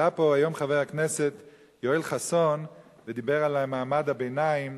עלה פה היום חבר הכנסת יואל חסון ודיבר על מעמד הביניים,